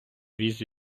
віз